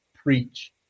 preach